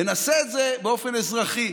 ונעשה את זה באופן אזרחי.